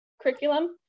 curriculum